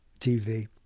TV